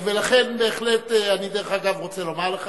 לכן, בהחלט, אני, דרך אגב, רוצה לומר לך